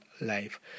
life